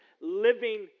living